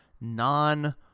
non